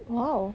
!wow!